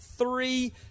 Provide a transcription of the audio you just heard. three